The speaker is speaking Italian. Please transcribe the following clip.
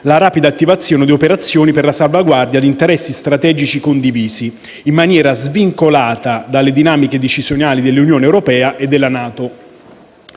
la rapida attivazione di operazioni per la salvaguardia di interessi strategici condivisi in maniera svincolata dalle dinamiche decisionali dell'Unione europea e della NATO.